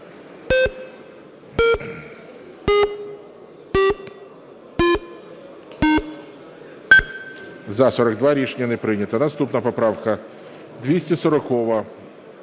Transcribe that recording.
За-42 Рішення не прийнято. Наступна поправка